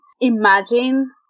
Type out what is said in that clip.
Imagine